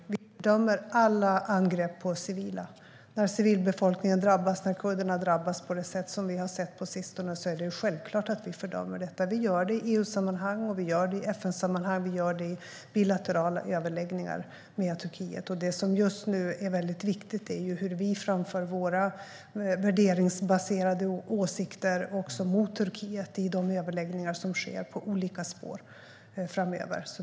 Herr talman! Vi fördömer alla angrepp på civila. När civilbefolkningen, kurderna, drabbas på det sätt som vi har sett på sistone är det självklart att vi fördömer det. Vi gör det i EU-sammanhang, i FN-sammanhang och i bilaterala överläggningar med Turkiet. Det som just nu är väldigt viktigt är hur vi framför våra värderingsbaserade åsikter gentemot Turkiet i de överläggningar på olika spår som sker framöver.